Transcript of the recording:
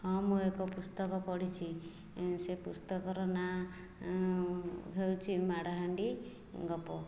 ହଁ ମୁଁ ଏକ ପୁସ୍ତକ ପଢ଼ିଛି ଏଁ ସେ ପୁସ୍ତକର ନାଁ ହେଉଛି ମାଡ଼ହାଣ୍ଡି ଗପ